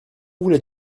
voulais